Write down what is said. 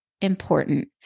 important